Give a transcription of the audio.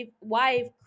wife